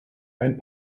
ein